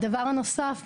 דבר נוסף,